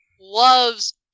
Loves